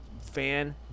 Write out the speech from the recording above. fan